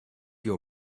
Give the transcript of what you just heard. your